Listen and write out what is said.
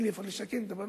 אין איפה לשכן את הבנות.